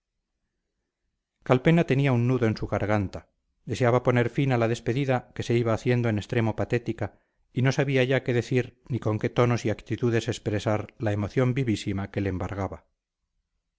agradable calpena sentía un nudo en su garganta deseaba poner fin a la despedida que se iba haciendo en extremo patética y no sabía ya qué decir ni con qué tonos y actitudes expresar la emoción vivísima que le embargaba